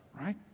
right